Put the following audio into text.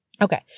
Okay